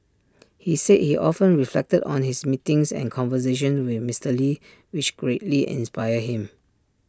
he said he often reflected on his meetings and conversations with Mister lee which greatly inspired him